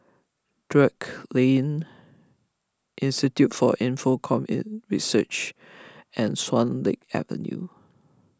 Drake Lane Institute for Infocomm Research and Swan Lake Avenue